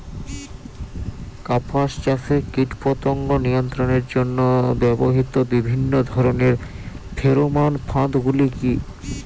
কাপাস চাষে কীটপতঙ্গ নিয়ন্ত্রণের জন্য ব্যবহৃত বিভিন্ন ধরণের ফেরোমোন ফাঁদ গুলি কী?